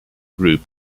group